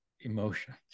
emotions